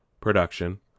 production